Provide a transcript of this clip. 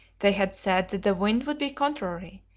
they had said that the wind would be contrary,